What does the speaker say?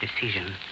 decision